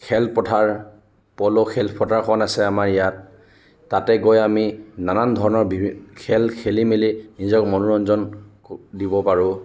খেলপথাৰ প'ল' খেলপথাৰখন আছে আমাৰ ইয়াত তাতে গৈ আমি নানান ধৰণৰ খেল খেলি মেলি নিজক মনোৰঞ্জন দিব পাৰোঁ